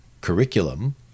curriculum